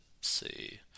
see